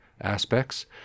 aspects